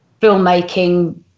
filmmaking